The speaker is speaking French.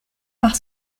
parce